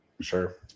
Sure